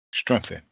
Strengthen